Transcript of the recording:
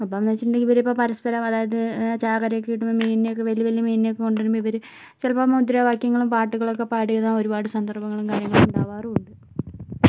അപ്പെന്ന് വച്ചിട്ടുണ്ടെങ്കിൽ ഇവർ പരസ്പരം അതായത് ചാകരയൊക്കെ കിട്ടുന്ന മീനിനെ അതായത് വലിയ് വലിയ മീനിനെയൊക്കെ കൊണ്ടുവരുമ്പോൾ ഇവര് ചിലപ്പോൾ മുദ്രാവാക്യങ്ങളും പാട്ടുകളും ഒക്കെ പാടിയ ഒരുപാട് സന്ദർഭങ്ങൾ കാര്യങ്ങളും ഉണ്ടാവാറുണ്ട്